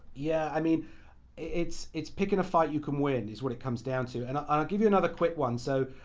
yeah, i mean it's it's picking a fight you can win is what it comes down to. and i'll give you another quick one. so,